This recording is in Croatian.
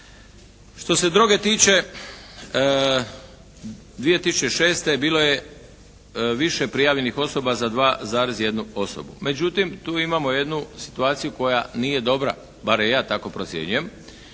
Što se droge tiče 2006. bilo je više prijavljenih osoba za 2,1 osobu. Međutim tu imamo jednu situaciju koja nije dobra, bar je ja tako procjenjujem.